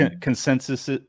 consensus